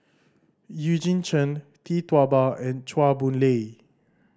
Eugene Chen Tee Tua Ba and Chua Boon Lay